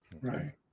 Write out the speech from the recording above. right